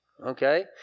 okay